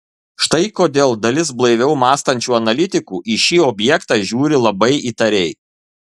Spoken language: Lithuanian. štai kodėl dalis blaiviau mąstančių analitikų į šį objektą žiūri labai įtariai